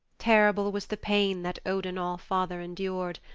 terrible was the pain that odin all-father endured.